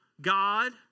God